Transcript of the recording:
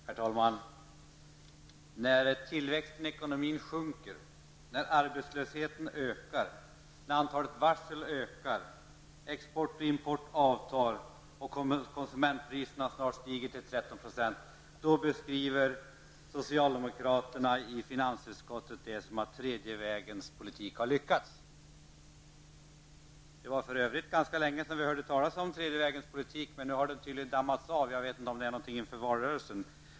Herr talman! När tillväxten i ekonomin sjunker, när arbetslösheten och antalet varsel ökar, när exporten och importen avtar och när konsumentpriserna snart har stigit med 13%, då beskriver socialdemokraterna i finansutskottet det som att tredje vägens politik har lyckats. Det var för övrigt ganska länge sedan vi hörde talas om tredje vägens politik, men nu har det uttrycket tydligen dammats av. Jag vet inte om det har skett inför valrörelsen.